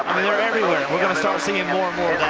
are everywhere, and we ah so will see and more and more